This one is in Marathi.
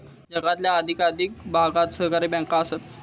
जगातल्या अधिकाधिक भागात सहकारी बँका आसत